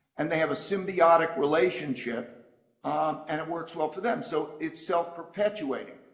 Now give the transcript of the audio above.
and they have a symbiotic relationship and it works well for them. so it's self-perpetuating,